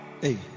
Hey